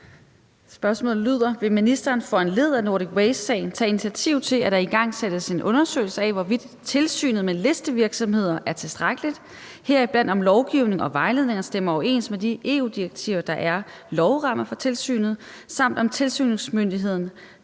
Spørgsmålet lyder: Vil ministeren foranlediget af Nordic Waste-sagen tage initiativ til, at der igangsættes en undersøgelse af, hvorvidt tilsynet med listevirksomheder er tilstrækkeligt, heriblandt om lovgivningen og vejledningerne stemmer overens med de EU-direktiver, der er lovramme for tilsynet, samt om tilsynsmyndigheden